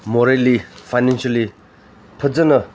ꯃꯣꯔꯦꯜꯂꯤ ꯐꯥꯏꯅꯥꯟꯁꯤꯌꯦꯜꯂꯤ ꯐꯖꯅ